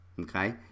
Okay